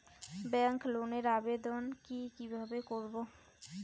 Bank লোনের আবেদন কি কিভাবে করব?